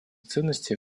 ценности